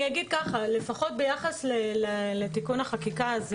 לפחות ביחס לתיקון החקיקה,